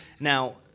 now